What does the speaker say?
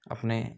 अपने